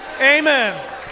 amen